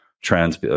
trans